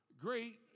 great